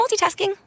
multitasking